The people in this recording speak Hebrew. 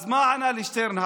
אז מה ענה לי שטרנהל?